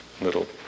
little